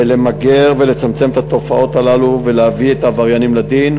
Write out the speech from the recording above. ולמגר ולצמצם את התופעות הללו ולהביא את העבריינים לדין.